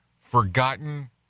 Forgotten